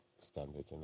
Standard